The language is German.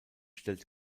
stellt